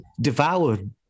devoured